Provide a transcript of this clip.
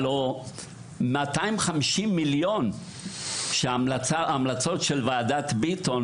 הלא 250 מיליון ₪- כשההמלצות של ועדת ביטון